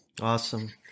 Awesome